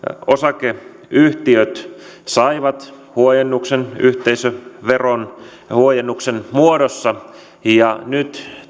osakeyhtiöt saivat huojennuksen yhteisöveron huojennuksen muodossa nyt